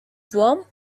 warm